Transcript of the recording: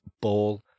ball